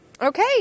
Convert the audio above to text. Okay